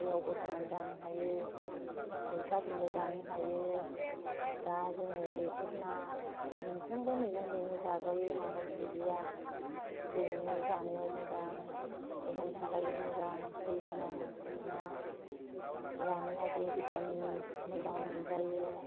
यावबो होनानै जानो हायो मैथाजोंबो जानो हायो दा जोङो बेफोर ना मोनफ्रोमबो मैगंजोंनो जाजायो मागुर सिंगिआ बेनो जानायाव मोजां देहानि थाखायबो मोजां थै गोनां ना जानायावबो भिटामिन मोजां मोनजायो